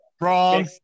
Wrong